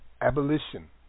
Abolition